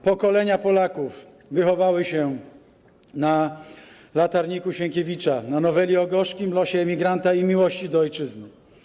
Pokolenia Polaków wychowały się na „Latarniku” Sienkiewicza, na noweli o gorzkim losie emigranta i miłości do ojczyzny.